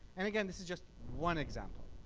and again this is just one example.